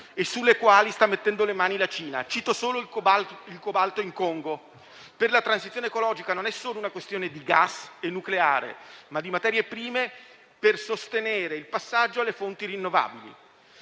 e sulle quali sta mettendo le mani la Cina (cito solo il cobalto in Congo). Per la transizione ecologica non è solo una questione di gas e di nucleare, ma di materie prime per sostenere il passaggio alle fonti rinnovabili.